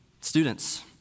students